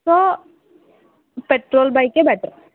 so petrol బైకే better